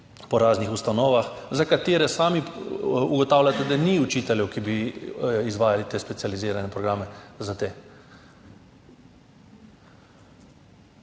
po raznih ustanovah, za katere sami ugotavljate, da ni učiteljev, ki bi izvajali te specializirane programe za te.